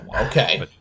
Okay